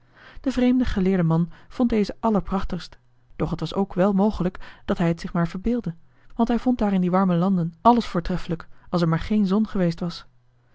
de vreemde geleerde man vond deze allerprachtigst doch het was ook wel mogelijk dat hij het zich maar verbeeldde want hij vond daar in die warme landen alles voortreffelijk als er maar geen zon geweest was